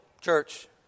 church